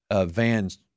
vans